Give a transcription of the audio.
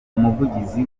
umuvugizi